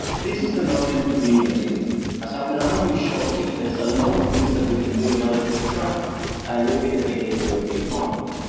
this is the moment to be imaginative, as i will argue shortly, there's a lot of things that we can do in order to track a little bit the behavior of the economy,